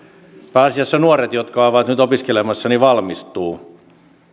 pääasiassa nuoret jotka ovat nyt opiskelemassa valmistuvat